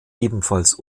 ebenfalls